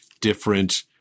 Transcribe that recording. different